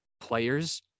players